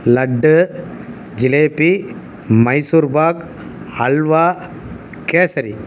laddu jalebi Mysore pak halwa kesari